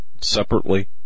separately